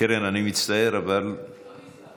קרן, אני מצטער, אבל, אוקיי.